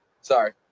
Sorry